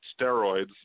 steroids